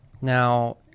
Now